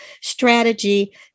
strategy